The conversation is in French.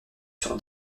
sur